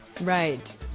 Right